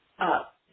Up